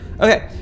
Okay